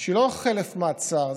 שהיא לא חלף מעצר.